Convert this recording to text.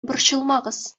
борчылмагыз